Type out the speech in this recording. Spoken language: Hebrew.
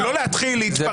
לא להתחיל להתפרץ.